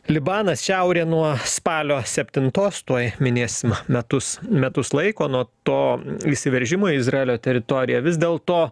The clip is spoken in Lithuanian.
libanas šiaurė nuo spalio septintos tuoj minėsim metus metus laiko nuo to įsiveržimo į izraelio teritoriją vis dėlto